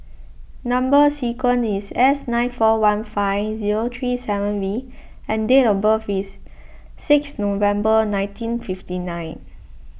Number Sequence is S nine four one five zero three seven V and date of birth is six November nineteen fifty nine